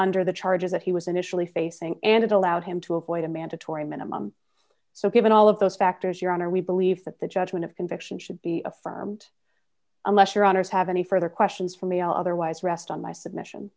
under the charges that he was initially facing and allowed him to avoid a mandatory minimum so given all of those factors your honor we believe that the judgment of conviction should be affirmed unless your honour's have any further questions for me otherwise rest on my submission